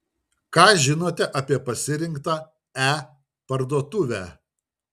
ką žinote apie pasirinktą e parduotuvę